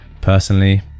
Personally